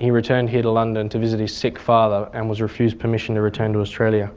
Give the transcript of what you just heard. he returned here to london to visit his sick father and was refused permission to return to australia,